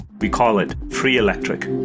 we call it free electric.